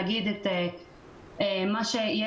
אשמח בכל זאת לדבר ולהגיד את מה שיש